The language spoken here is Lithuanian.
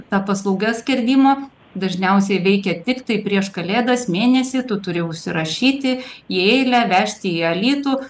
ta paslauga skerdimo dažniausiai veikia tiktai prieš kalėdas mėnesį tu turi užsirašyti į eilę vežti į alytų